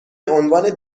عنوان